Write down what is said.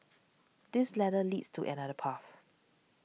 this ladder leads to another path